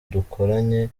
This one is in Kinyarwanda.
dukoranye